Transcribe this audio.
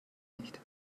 nicht